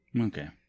Okay